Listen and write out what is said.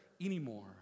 anymore